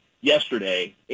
yesterday